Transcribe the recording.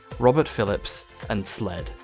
robert phillips and sled.